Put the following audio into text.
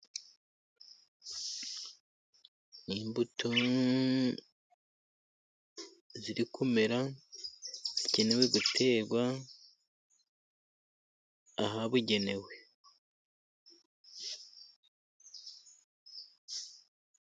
Imbuto ziri kumera, zigenewe guterwa ahabugenewe.